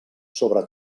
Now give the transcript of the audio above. sobre